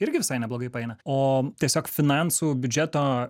irgi visai neblogai paeina o tiesiog finansų biudžeto